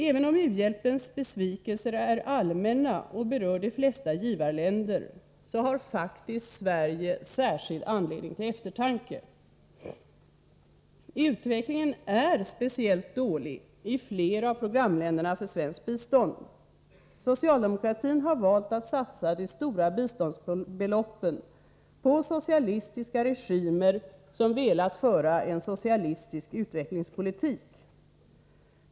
Även om u-hjälpens besvikelser är allmänna och berör de flesta givarländer, har faktiskt Sverige särskild anledning till eftertanke. Utvecklingen är speciellt dålig i flera av programländerna för svenskt bistånd. Socialdemokratin har valt att satsa de stora biståndsbeloppen på socialistiska regimer som velat föra en socialistisk utvecklingspolitik.